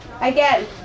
again